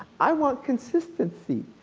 i want consistency.